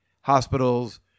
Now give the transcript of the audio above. hospitals